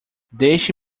deixe